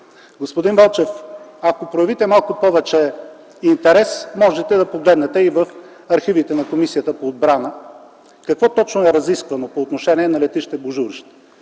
Господин Велчев, ако проявите малко повече интерес, можете да погледнете и в архивите на Комисията по отбраната какво точно е разисквано по отношение на летище Божурище.